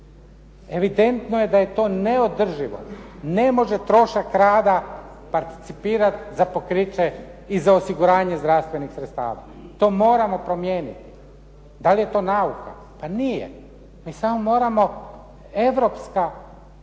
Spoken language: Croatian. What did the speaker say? Evidentno je da je to neodrživo, ne može trošak rada participirati za pokriće i za osiguranje zdravstvenih sredstava. To moramo promijeniti. Da li je to nauka? Pa nije. Mi samo moramo europska